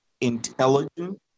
intelligent